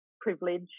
privilege